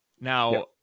now